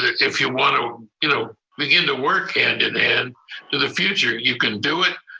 if you want to you know begin to work hand in and to the future, you can do it.